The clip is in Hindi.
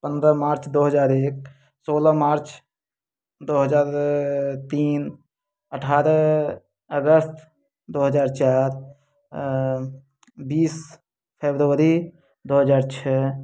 पंद्रह मार्च दो हज़ार एक सोलह मार्च दो हज़ार तीन अठारह अगस्त दो हज़ार चार बीस फरवरी दो हज़ार छः